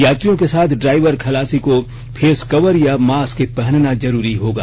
यात्रियों के साथ ड्राइवर खलासी को फेस कवर या मास्क पहनना जरूरी होगा